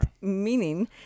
meaning